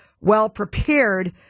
well-prepared